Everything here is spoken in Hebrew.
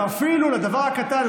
ואפילו לדבר הקטן,